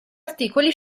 articoli